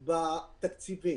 יש בתקציבים,